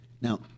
Now